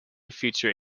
feature